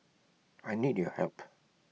I need your help